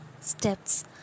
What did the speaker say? steps